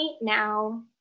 now